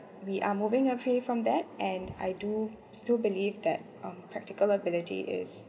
we are moving away from that and I do still believe that um practical ability is